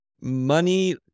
Money